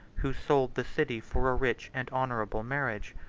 who sold the city for a rich and honorable marriage.